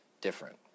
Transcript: different